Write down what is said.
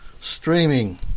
streaming